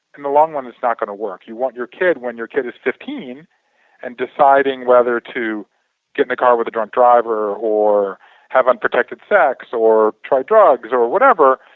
in the long run it's not going to work. you want your kid when your kid is fifteen and deciding whether to get in the car with a drunk driver or have unprotected sex or try drugs, or whatever.